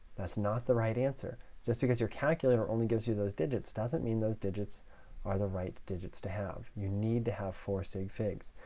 that's not the right answer. just because your calculator only gives you those digits doesn't mean those digits are the right digits to have. you need to have four sig figs.